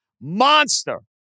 monster